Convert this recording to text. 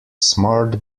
smart